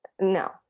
No